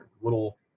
little